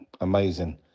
Amazing